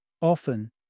Often